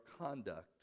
conduct